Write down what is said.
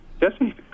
Jesse